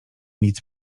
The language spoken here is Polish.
nic